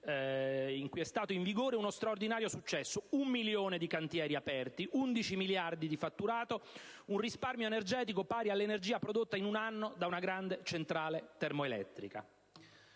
in cui è stato in vigore uno straordinario successo: un milione di cantieri aperti, 11 miliardi di fatturato, un risparmio energetico pari all'energia prodotta in un anno da una grande centrale termoelettrica.